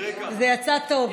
ויצא טוב,